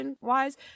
wise